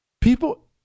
People